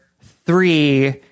three